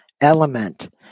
element